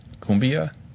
Cumbia